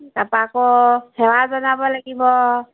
তাৰপৰা আকৌ সেৱা জনাব লাগিব